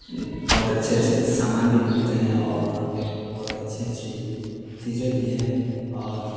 بہت اچھے اچھے سامان بھی ملتے ہیں اور وہاں پہ بہت اچھی اچھی چیزیں بھی ہیں اور